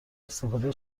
استفاده